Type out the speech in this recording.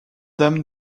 dame